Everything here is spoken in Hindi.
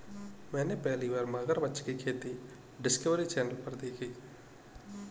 मैंने पहली बार मगरमच्छ की खेती डिस्कवरी चैनल पर देखी